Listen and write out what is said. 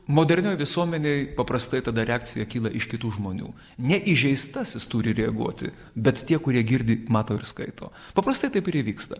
modernioj visuomenėj paprastai tada reakcija kyla iš kitų žmonių nei įžeistasis turi reaguoti bet tie kurie girdi mato ir skaito paprastai taip ir įvyksta